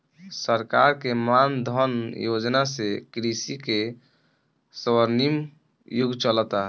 सरकार के मान धन योजना से कृषि के स्वर्णिम युग चलता